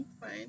Fine